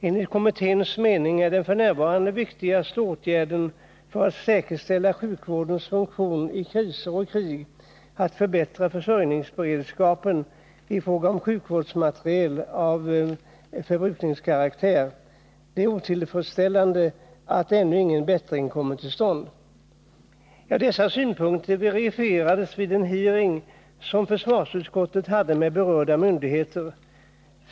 Enligt kommitténs mening är den f. n. viktigaste åtgärden för att säkerställa sjukvårdens funktion i kriser och krig att förbättra försörjningsberedskapen i fråga om sjukvårdsmateriel av förbrukningskaraktär. Det är otillfredsställande att ännu ingen reell förbättring kommit till stånd.” Dessa synpunkter verifierades vid den hearing som försvarsutskottet hade med berörda myndigheter.